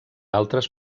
altres